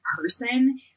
person